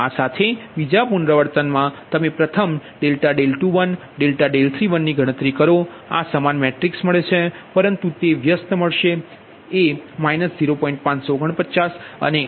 આ સાથે બીજા પુનરાવર્તનમાં તમે પ્રથમ ∆δ21∆δ31ગણતરી કરો આ સમાન મેટ્રિક્સ મળે છે પરંતુ તે વ્યસ્ત મળે છે 0